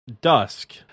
Dusk